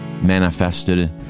manifested